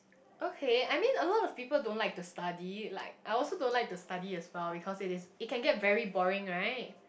okay I mean a lot of people don't like to study like I also don't like to study as well because it is it can get pretty boring right